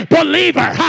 believer